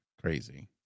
crazy